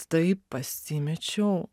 taip pasimečiau